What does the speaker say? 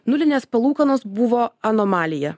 nulinės palūkanos buvo anomalija